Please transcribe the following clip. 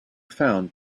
found